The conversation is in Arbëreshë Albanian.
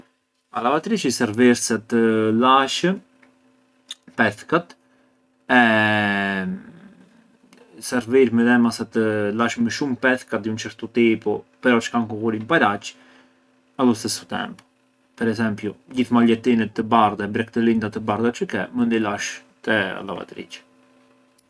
A lavatriçi servir sa të lash pethkat, e servir midhema sa të lash më shumë pethka di un certu tipu però çë kanë kullurin paraç allo stesso tempo, per esempio, gjithë maljettinët të bardha e brekt të linda të bardha çë ke mënd i lash te a lavatriçi.